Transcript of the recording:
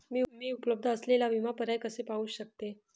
मी उपलब्ध असलेले विमा पर्याय कसे पाहू शकते?